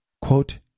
quote